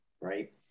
right